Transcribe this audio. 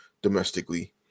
Domestically